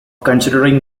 considering